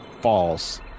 false